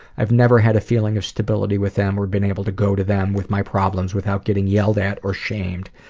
i've never had a feeling of stability with them, or been able to go to them with my problems without getting yelled at or shamed.